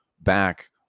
back